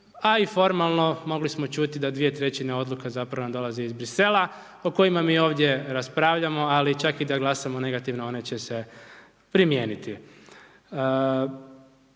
a i formalno mogli smo čuti da dvije trećine odluka zapravo nad dolazi iz Bruxellesa, o kojima mi ovdje raspravljamo, ali čak i da glasamo negativno, one će se primijeniti.